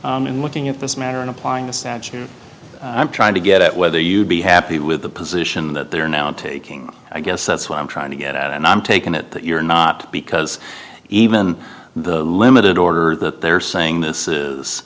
to and looking into this matter and applying the statute i'm trying to get at whether you'd be happy with the position that they're now taking i guess that's what i'm trying to get out and i'm taking it that you're not because even the limited order that they're saying this is